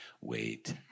wait